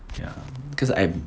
ya because I